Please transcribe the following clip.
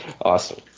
Awesome